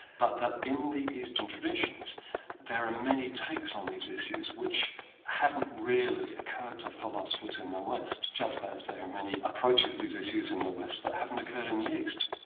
but that in the eastern traditions there are many takes on these issues, which haven't really occurred to philosophers in the west, just as there are many approaches to these issues in the west that haven't occurred in the east.